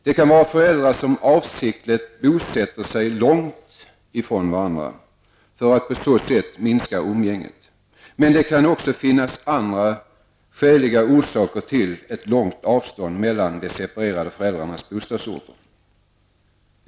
Det kan vara föräldrar som avsiktligt bosätter sig långt ifrån varandra för att på så sätt minska umgänget. Det kan också finnas andra skäliga orsaker till ett långt avstånd mellan de separerade föräldrarnas bostadsorter.